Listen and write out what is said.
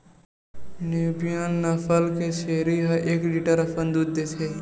Nubian नसल के छेरी ह एक लीटर असन दूद देथे